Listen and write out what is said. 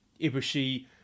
Ibushi